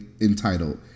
entitled